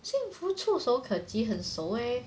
幸福触手可及很熟 eh